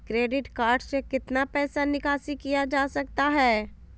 Credit card से कितना पैसा निकासी किया जा सकता है?